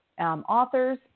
authors